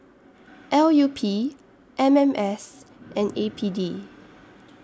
L U P M M S and A P D